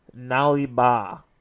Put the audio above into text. Naliba